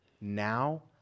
now